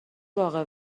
باغ